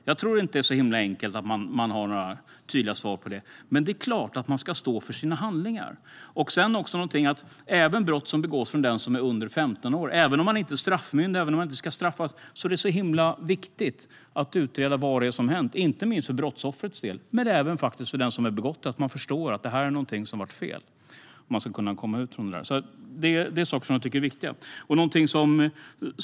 Jag tror inte att det är så enkelt att ha några tydliga svar på det. Men det är klart att man ska stå för sina handlingar. När det gäller brott som begås av den som är under 15 år, då man inte är straffmyndig och inte ska straffas, är det mycket viktigt att utreda vad det är som har hänt. Det är viktigt inte minst för brottsoffret men faktiskt även för den som har begått brottet, så att man förstår att det man har gjort är fel och ska kunna komma ur det. Det är saker som jag tycker är viktiga.